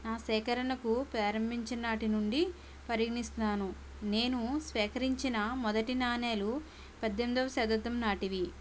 నా సేకరణకు ప్రారంభించినాటినుండి పరిగణిస్తున్నాను నేను సేకరించిన మొదటి నాణేలు పద్దెనిమిదవ శతాబ్దం నాటివి